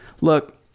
look